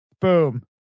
Boom